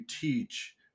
teach